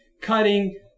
cutting